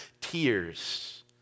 tears